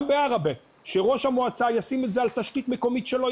גם בעראבה שראש המועצה ישים את זה על תשתית מקומית שלו.